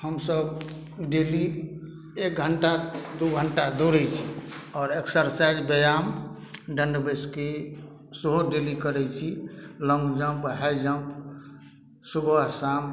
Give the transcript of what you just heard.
हमसब डेली एक घंटा दू घंटा दौड़ै छी आओर एक्सरसाइज व्यायाम दण्ड बैसकी सेहो डेली करै छी लौंग जम्प हाई जम्प सुबह शाम